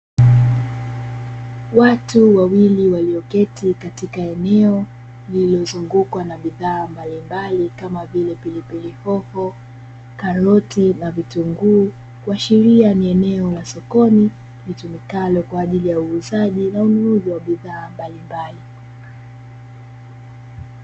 Watu wawili walioketi katika eneo, lilozungukwa na bidhaa mbalimbali kama vile pili hoho, karoti na vitunguu kuashilia ni eneo la sokoni litumikalo kwajili ya uuzaji na ununuzi wa bidhaa mbalimbali.